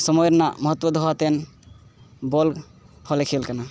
ᱥᱚᱢᱚᱭ ᱨᱮᱱᱟᱜ ᱢᱚᱦᱚᱛᱚ ᱫᱚᱦᱚ ᱠᱟᱛᱮᱫ ᱵᱚᱞ ᱦᱚᱸᱞᱮ ᱠᱷᱮᱹᱞ ᱠᱟᱱᱟ